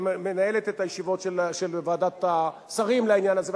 שמנהלת את הישיבות של ועדת השרים לעניין הזה,